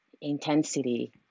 intensity